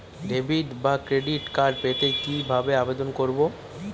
Debit বা credit card পেতে কি ভাবে আবেদন করব?